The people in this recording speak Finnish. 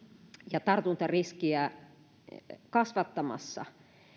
ja tartuntariskiä kasvattamassa